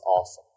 awesome